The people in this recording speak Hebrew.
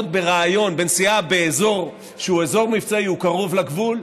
נסיעה באזור שהוא אזור מבצעי, הוא קרוב לגבול,